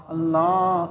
Allah